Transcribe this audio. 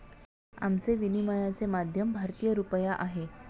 आमचे विनिमयाचे माध्यम भारतीय रुपया आहे